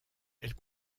elle